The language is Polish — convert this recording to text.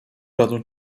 rodzą